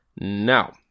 Now